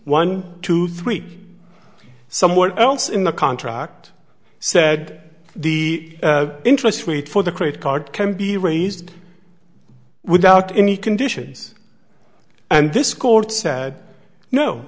one two three somewhere else in the contract said the interest rate for the credit card can be raised without any conditions and this court said no